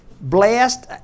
Blessed